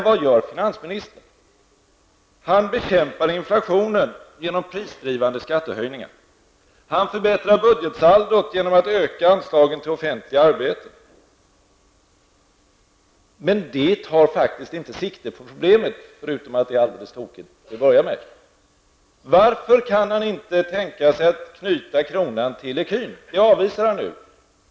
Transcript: Vad gör då finansministern? Jo, han bekämpar inflationen genom prisdrivande skattehöjningar. Han förbättrar budgetsaldot genom att öka anslagen till offentliga arbeten. Dessa åtgärder tar faktiskt inte sikte på problemen förutom att de till att börja med är helt tokiga. Varför kan inte Allan Larsson tänka sig att knyta kronan till ecun? Den tanken avvisar han nu.